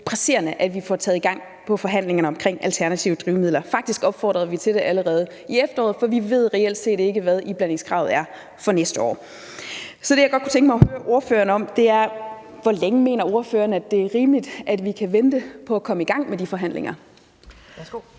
det er presserende, at vi kommer i gang med forhandlingerne omkring alternative drivmidler. Faktisk opfordrede vi til det allerede i efteråret, for vi ved reelt set ikke, hvad iblandingskravet er for næste år. Så det, som jeg godt kunne tænke mig at høre ordføreren om, er, hvor længe ordføreren mener, at det er rimeligt, vi skal vente på at komme i gang med de forhandlinger.